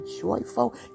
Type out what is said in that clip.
joyful